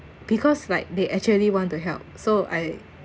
because like they actually want to help so I